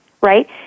right